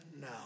now